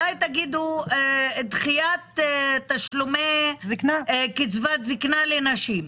אולי תאמרו דחיית תשלומי קצבת זקנה לנשים.